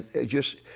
ah just